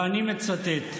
ואני מצטט: